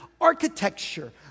architecture